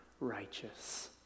righteous